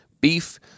beef